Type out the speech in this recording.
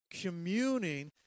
communing